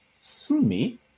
Sumi